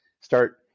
start